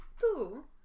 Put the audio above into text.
Two